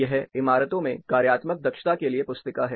यह इमारतों में कार्यात्मक दक्षता के लिए पुस्तिका है